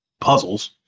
puzzles